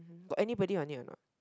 got anybody on it or not